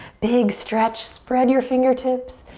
big stretch. spread your fingertips.